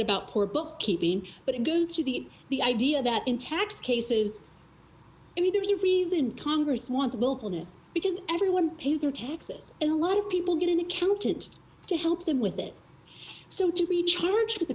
about poor bookkeeping but it goes to the the idea that in tax cases i mean there's a reason congress wants willfulness because everyone pays their taxes and a lot of people get an accountant to help them with it so to be charged with